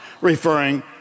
referring